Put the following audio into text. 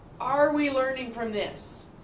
are we learning from this?